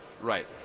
Right